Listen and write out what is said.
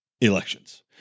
elections